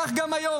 כך גם היום,